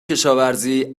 کشاوزی